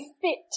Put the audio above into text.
fit